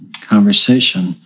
conversation